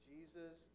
Jesus